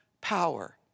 power